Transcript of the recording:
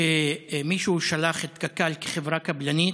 שמישהו שלח את קק"ל כחברה קבלנית,